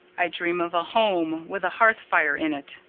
i dream of a home with a hearth-fire in it,